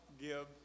give